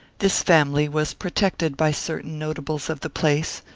this family was protected by certain notables of the place,